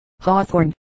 Hawthorne